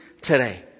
today